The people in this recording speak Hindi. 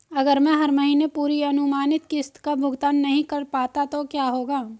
अगर मैं हर महीने पूरी अनुमानित किश्त का भुगतान नहीं कर पाता तो क्या होगा?